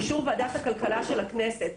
באישור ועדת הכלכלה של הכנסת?